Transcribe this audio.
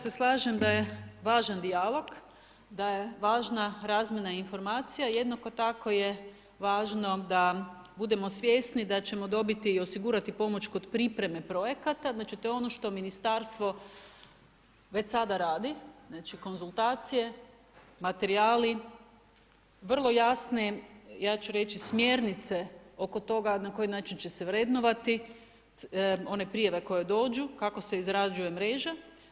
Ja se slažem da je važan dijalog, da je važna razmjena informacija, jednako tako je važno da budemo svjesni da ćemo dobiti i osigurati pomoć kod pripreme projekata, znači to je ono što ministarstvo već sada radi, znači konzultacije, materijali, vrlo jasne, ja ću reći smjernice oko toga na koji način će se vrednovati, one prijave koje dođu, kako se izrađuje mreža.